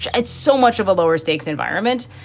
it's so much of a lower stakes environment.